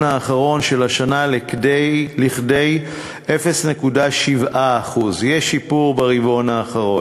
האחרון של השנה לכדי 0.7%; יש שיפור ברבעון האחרון.